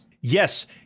Yes